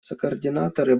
сокоординаторы